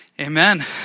Amen